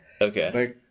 Okay